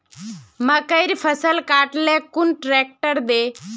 मकईर फसल काट ले कुन ट्रेक्टर दे?